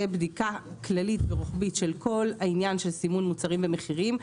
בדיקה כללית ורוחבית של כל העניין של סימון מוצרים ומחירים.